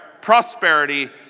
prosperity